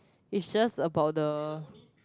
it's just about the